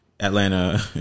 Atlanta